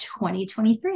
2023